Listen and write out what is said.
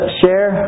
share